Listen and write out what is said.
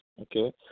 okay